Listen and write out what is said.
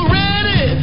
ready